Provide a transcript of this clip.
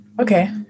okay